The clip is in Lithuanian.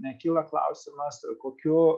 nekyla klausimas kokiu